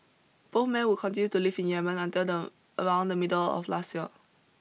both men would continue to live in Yemen until the around the middle of last year